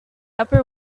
upper